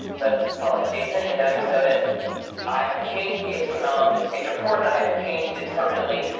let's call it jason. and now you'll notice i have changed the html on this page. of course, i haven't changed it permanently.